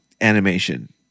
animation